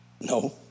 No